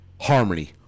harmony